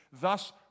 Thus